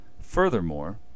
Furthermore